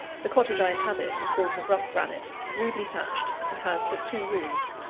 the cottage i inhabit is built of rough granite, rudely thatched, and has but two rooms.